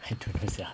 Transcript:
I don't know sia